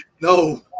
No